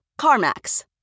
CarMax